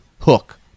hook